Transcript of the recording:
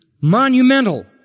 Monumental